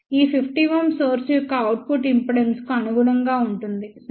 ఈ 50 Ω సోర్స్ యొక్క అవుట్పుట్ ఇంపిడెన్స్కు అనుగుణంగా ఉంటుంది సరే